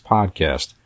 Podcast